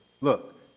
Look